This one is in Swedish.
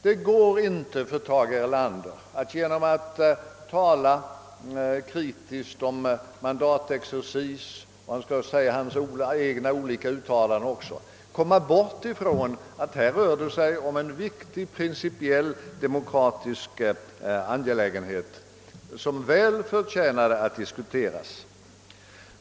Det går inte för Tage Erlander att genom att tala kritiskt om mandatexercisen komma ifrån det faktum, att det här rör sig om en viktig principiell demokratisk angelägenhet som väl förtjänar att diskuteras.